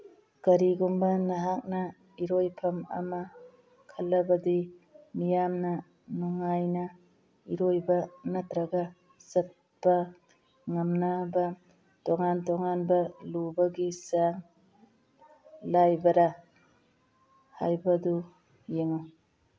ꯀꯔꯤꯒꯨꯝꯕ ꯅꯍꯥꯛꯅ ꯏꯔꯣꯏꯐꯝ ꯑꯃ ꯈꯜꯂꯕꯗꯤ ꯃꯤꯌꯥꯝꯅ ꯅꯨꯡꯉꯥꯏꯅ ꯏꯔꯣꯏꯕ ꯅꯠꯇ꯭ꯔꯒ ꯆꯠꯄ ꯉꯝꯅꯕ ꯇꯣꯉꯥꯟ ꯇꯣꯉꯥꯟꯕ ꯂꯨꯕꯒꯤ ꯆꯥꯡ ꯂꯥꯏꯕꯔꯥ ꯍꯥꯏꯕꯗꯨ ꯌꯦꯡꯉꯨ